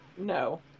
No